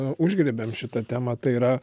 užgriebėm šitą temą tai yra